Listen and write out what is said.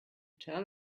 tell